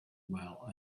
while